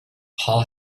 paul